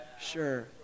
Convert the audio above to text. sure